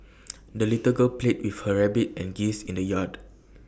the little girl played with her rabbit and geese in the yard